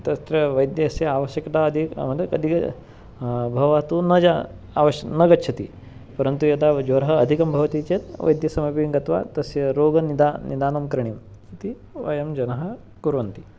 तत्र वैद्यस्य आवश्यकता अधीकं भवतु न जा अवश्यं न गच्छति परन्तु यदा ज्वरः अधिकं भवति चेत् वैद्यसमीपं गत्वा तस्य रोगनिधानं निधानं करणीयम् इति वयं जनः कुर्वन्ति